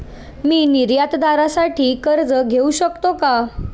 मी निर्यातदारासाठी कर्ज घेऊ शकतो का?